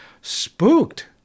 spooked